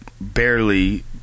barely